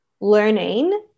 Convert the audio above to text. learning